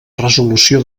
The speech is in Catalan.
resolució